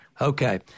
Okay